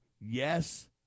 yes